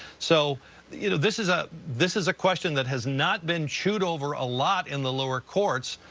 so you know, this is ah this is a question that has not been chewed over a lot in the lower courts,